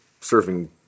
surfing